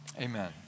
amen